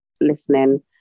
listening